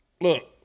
Look